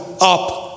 up